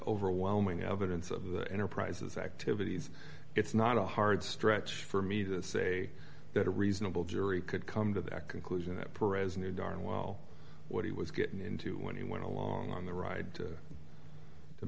overwhelming evidence of the enterprise's activities it's not a hard stretch for me to say that a reasonable jury could come to the conclusion that perot's knew darn well what he was getting into when he went along on the ride to